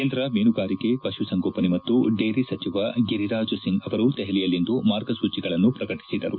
ಕೇಂದ್ರ ಮೀನುಗಾರಿಕೆ ಪಶುಸಂಗೋಪನೆ ಮತ್ತು ಡೈರಿ ಸಚಿವ ಗಿರಿರಾಜ್ ಸಿಂಗ್ ಅವರು ದೆಹಲಿಯಲ್ಲಿಂದು ಮಾರ್ಗಸೂಚಿಗಳನ್ನು ಪ್ರಕಟಿಸಿದರು